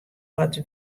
oft